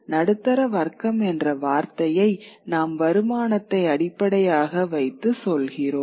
நடுத்தர வர்க்கம் என்ற வார்த்தையை நாம் வருமானத்தை அடிப்படையாக வைத்து சொல்கிறோம்